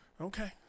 Okay